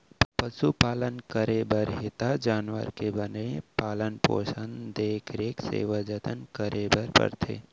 पसु पालन करे बर हे त जानवर के बने पालन पोसन, देख रेख, सेवा जनत करे बर परथे